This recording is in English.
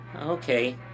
Okay